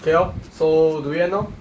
K lor so do we end now